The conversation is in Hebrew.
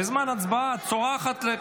בזמן הצבעה את צורחת,